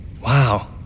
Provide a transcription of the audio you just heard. Wow